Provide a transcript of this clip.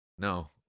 No